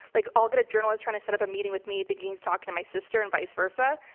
like i'll get a journalist trying to set up a meeting with me thinking he's talking to my sister and vice versa.